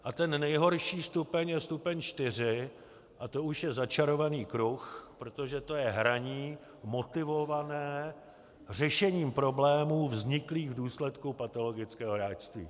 A ten nejhorší stupeň je stupeň 4 a to už je začarovaný kruh, protože to je hraní motivované řešením problémů vzniklých v důsledku patologického hráčství.